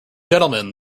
gentlemen